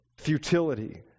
futility